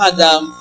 Adam